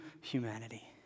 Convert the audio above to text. humanity